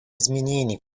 изменений